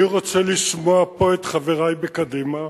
אני רוצה לשמוע פה את חברי בקדימה,